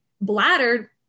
bladder